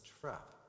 trap